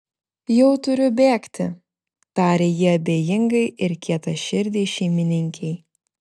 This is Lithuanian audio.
jau turiu bėgti tarė ji abejingai ir kietaširdei šeimininkei